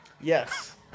Yes